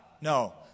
No